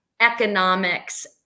economics